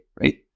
right